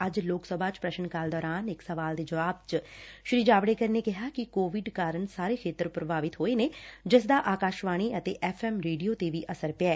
ਅੱਜ ਲੋਕ ਸਭਾ ਚ ਪ੍ਰਸ਼ਨ ਕਾਲ ਦੌਰਾਨ ਇਕ ਸਵਾਲ ਦੇ ਜਵਾਬ ਚ ਸ੍ਰੀ ਜਾਵੜੇਕਰ ਨੇ ਕਿਹਾ ਕਿ ਕੋਵਿਡ ਕਾਰਨ ਸਾਰੇ ਖੇਤਰ ਪੁਭਾਵਿਤ ਹੋਏ ਨੇ ਜਿਸ ਦਾ ਆਕਾਸ਼ਵਾਣੀ ਅਤੇ ਐਫ਼ ਐਮ ਰੇਡੀਓ ਤੇ ਵੀ ਅਸਰ ਪਿਐ